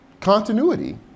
continuity